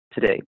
today